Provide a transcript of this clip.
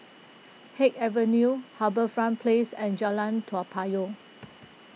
Haig Avenue HarbourFront Place and Jalan Toa Payoh